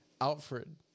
Alfred